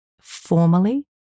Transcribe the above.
formally